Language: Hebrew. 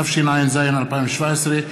התשע"ז 2017,